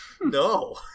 no